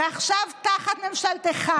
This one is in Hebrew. ועכשיו תחת ממשלתך,